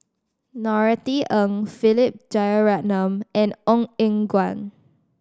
Norothy Ng Philip Jeyaretnam and Ong Eng Guan